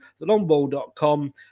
thelongball.com